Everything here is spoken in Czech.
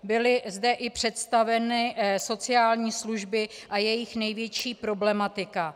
Byly zde i představeny sociální služby a jejich největší problematika.